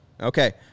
Okay